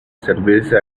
servirse